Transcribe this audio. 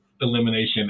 elimination